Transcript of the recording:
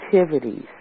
activities